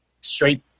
straight